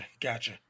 Gotcha